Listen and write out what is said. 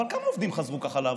אבל כמה עובדים חזרו ככה לעבודה?